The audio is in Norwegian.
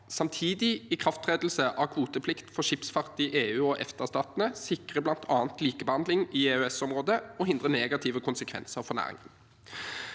Samtidig ikrafttredelse av kvoteplikt for skipsfart i EU- og EFTA-statene sikrer bl.a. likebehandling i EØS-området og hindrer negative konsekvenser for næringen.